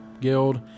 guild